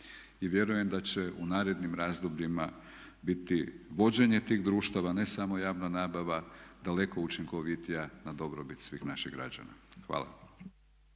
i vjerujem da će u narednim razdobljima biti vođenje tih društava ne samo javna nabava daleko učinkovitija na dobrobit svih naših građana. Hvala.